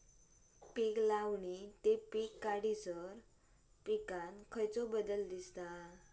पीक लावणी ते पीक काढीसर पिकांत कसलो बदल दिसता?